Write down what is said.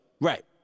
right